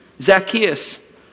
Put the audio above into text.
Zacchaeus